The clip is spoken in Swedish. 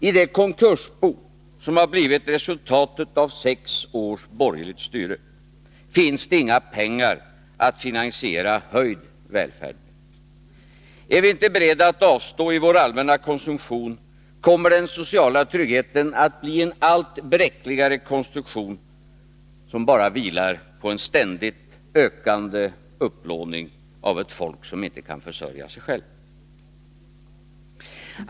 I det konkursbo som blivit resultatet av sex års borgerligt styre finns det inga pengar att finansiera höjd välfärd. Är vi inte beredda att avstå av vår allmänna konsumtion kommer den sociala tryggheten att bli en allt bräckligare konstruktion, som bara vilar på en ständigt ökande upplåning av ett folk som inte kan försörja sig självt.